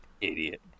Idiot